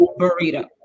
burrito